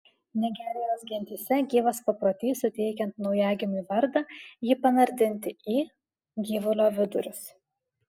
nigerijos gentyse gyvas paprotys suteikiant naujagimiui vardą jį panardinti į gyvulio vidurius